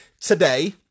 Today